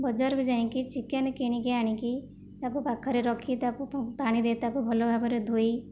ବଜାରକୁ ଯାଇଁକି ଚିକେନ କିଣିକି ଆଣିକି ତାକୁ ପାଖରେ ରଖି ତାକୁ ପାଣିରେ ତାକୁ ଭଲ ଭାବରେ ଧୋଇ